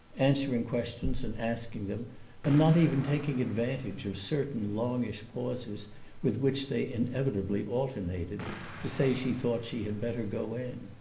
answering questions and asking them and not even taking advantage of certain longish pauses with which they inevitably alternated to say she thought she had better go in.